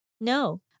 No